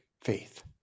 faith